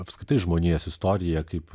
apskritai žmonijos istoriją kaip